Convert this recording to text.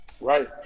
Right